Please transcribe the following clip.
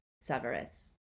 Severus